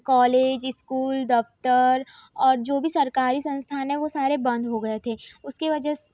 college school दफ़्तर और जो भी सरकारी संस्थान हैं वह सारे बंद हो गये थे उसके वजह